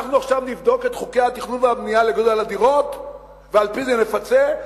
אנחנו עכשיו נבדוק את חוקי התכנון והבנייה לגודל הדירות ועל-פי זה נפצה?